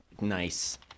nice